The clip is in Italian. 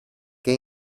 che